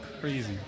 crazy